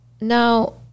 Now